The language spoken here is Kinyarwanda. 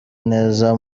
neza